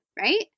Right